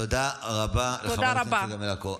תודה רבה לחברת הכנסת צגה מלקו.